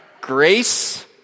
grace